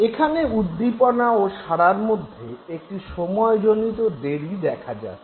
এখানে উদ্দীপনা ও সাড়ার মধ্যে একটি সময়জনিত দেরি দেখা যাচ্ছে